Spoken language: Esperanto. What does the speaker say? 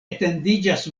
etendiĝas